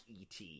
et